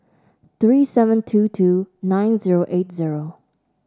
three seven two two nine zero eight zero